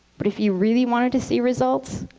but if you really wanted to see results,